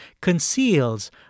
conceals